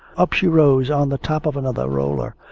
up she rose on the top of another roller.